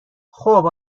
خوب